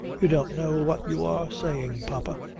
you don't know what you are saying, papa.